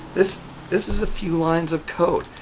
this this is a few lines of code.